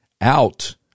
out